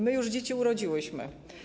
My już dzieci urodziłyśmy.